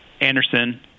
Anderson